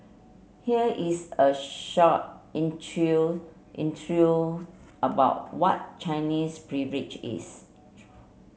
here is a short intro intro about what Chinese Privilege is